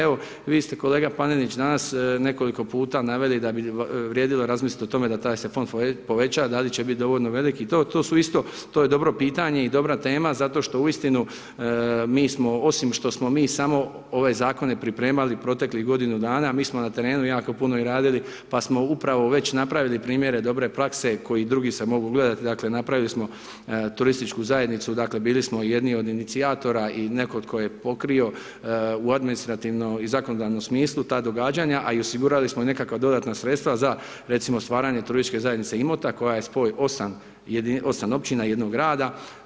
Evo, vi ste kolega Panenić danas nekoliko puta naveli da bi vrijedilo razmisliti o tome da taj se fond poveća, da li će biti dovoljno velik i to, to su isto, to je dobro pitanje i dobra tema zato što uistinu, mi smo, osim šta smo mi samo ove zakone pripremali proteklih godinu dana, mi smo na terenu i jako puno i radili pa smo upravo već napravili primjere dobre prakse koji drugi se mogu ugledati, dakle napravili smo turističku zajednicu, dakle bili smo jedni od inicijatora i neko tko je pokrio u administrativnom i zakonodavnom smislu ta događanja, a i osigurali smo neka dodatna sredstva za, recimo stvaranje turističke zajedno Imota, koja je spoj 8 općina i jednog grada.